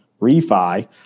refi